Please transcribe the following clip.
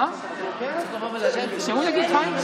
לבוא ולהגיד, שהוא יגיד, חיים?